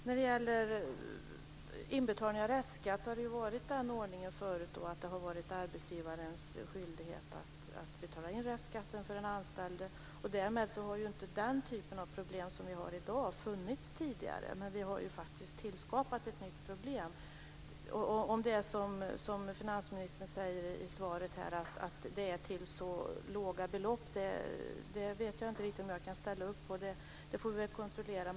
När det gäller inbetalning av restskatt har ordningen tidigare varit att det har varit arbetsgivarens skyldighet att betala in restskatt för den anställde. Därmed har inte den typen av problem som vi har i dag funnits tidigare, men vi har faktiskt tillskapat ett nytt problem. Finansministern säger i svaret att det handlar om så låga belopp, men det vet jag inte riktigt om jag kan hålla med om. Det får vi kontrollera.